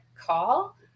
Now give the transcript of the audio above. call